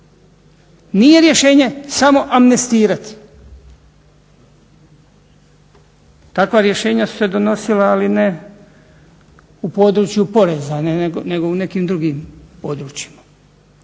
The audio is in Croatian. Nije rješenje samo amnestirati. Takva rješenja su se donosila, ali ne u području poreza nego u nekim drugim područjima.